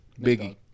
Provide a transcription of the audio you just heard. Biggie